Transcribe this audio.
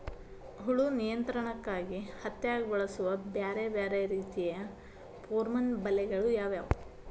ಹುಳು ನಿಯಂತ್ರಣಕ್ಕಾಗಿ ಹತ್ತ್ಯಾಗ್ ಬಳಸುವ ಬ್ಯಾರೆ ಬ್ಯಾರೆ ರೇತಿಯ ಪೋರ್ಮನ್ ಬಲೆಗಳು ಯಾವ್ಯಾವ್?